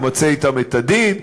נמצה אתם את הדין,